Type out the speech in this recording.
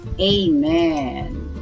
amen